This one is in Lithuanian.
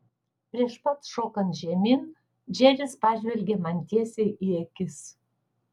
prieš pat šokant žemyn džeris pažvelgė man tiesiai į akis